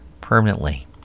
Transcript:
permanently